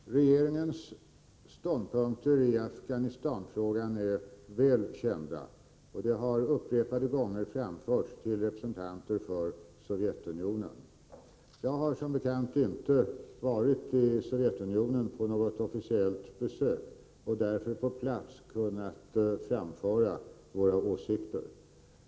Herr talman! Regeringens ståndpunkter i Afghanistanfrågan är väl kända. De har upprepade gånger framförts till representanter för Sovjetunionen. Jag har som bekant inte varit på något officiellt besök i Sovjetunionen och därför inte på plats kunnat framföra våra åsikter.